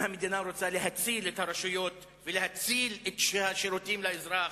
אם המדינה רוצה להציל את הרשויות ולהציל את השירותים לאזרח,